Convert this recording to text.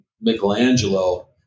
Michelangelo